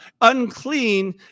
unclean